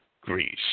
Greece